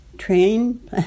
train